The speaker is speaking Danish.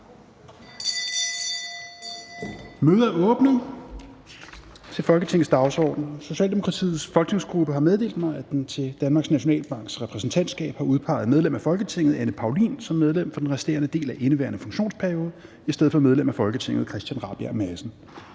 Mødet er åbnet. Socialdemokratiets folketingsgruppe har meddelt mig, at den til Danmarks Nationalbanks Repræsentantskab har udpeget medlem af Folketinget Anne Paulin som medlem for den resterende del af indeværende funktionsperiode i stedet for medlem af Folketinget Christian Rabjerg Madsen.